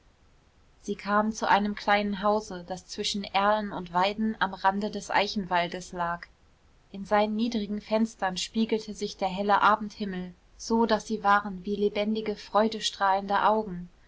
sie kamen zu einem kleinen hause das zwischen erlen und weiden am rande des eichenwaldes lag in seinen niedrigen fenstern spiegelte sich der helle abendhimmel so daß sie waren wie lebendige freudestrahlende augen